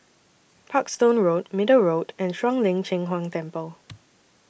Parkstone Road Middle Road and Shuang Lin Cheng Huang Temple